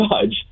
judge